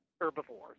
herbivores